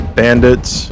bandits